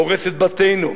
הורס את בתינו,